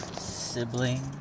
sibling